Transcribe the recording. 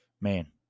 man